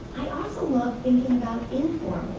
so love thinking about